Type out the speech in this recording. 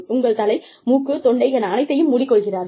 உங்கள் தலை மூக்கு தொண்டை என அனைத்தையும் மூடிக் கொள்கிறீர்கள்